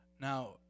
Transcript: Now